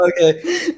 Okay